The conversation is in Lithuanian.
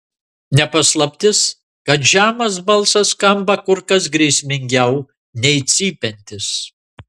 ne paslaptis kad žemas balsas skamba kur kas grėsmingiau nei cypiantis